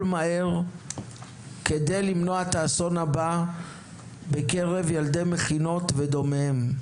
מהר כדי למנוע את האסון הבא בקרב ילדי מכינות ודומיהן.